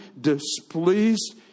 displeased